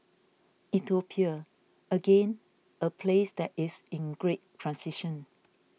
Ethiopia again a place that is in great transition